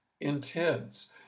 intends